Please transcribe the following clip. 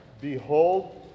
Behold